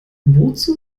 wozu